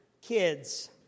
kids